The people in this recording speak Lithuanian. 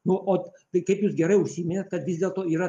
nu ot tai kaip jūs gerai užsiminėt kad vis dėlto yra